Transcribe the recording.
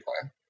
plan